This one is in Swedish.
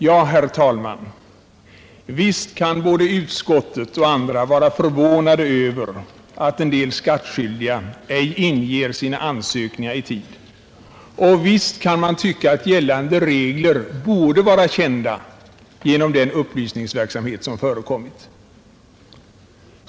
Ja, herr talman, visst kan både utskottet och andra vara förvånade över att en del skattskyldiga ej inger sina ansökningar i tid, och visst kan man tycka att gällande regler borde vara kända genom den upplysningsverksamhet som förekommit.